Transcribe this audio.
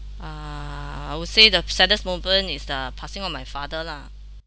uh I would say the saddest moment is the passing of my father lah